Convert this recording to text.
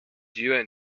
yuan